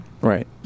Right